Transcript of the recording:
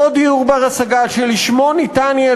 אותו דיור בר-השגה שלשמו ניתן יהיה